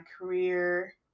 career